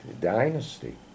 dynasty